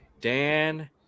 Dan